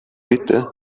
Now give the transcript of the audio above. bitte